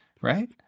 right